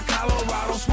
Colorado